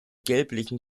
gelblichen